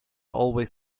always